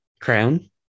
Crown